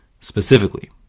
specifically